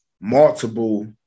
multiple